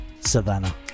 Savannah